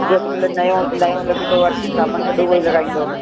जो अॼुकल्ह नओं नओं लॻंदो आहे सामानु सॼो उहो ई लॻाईंदो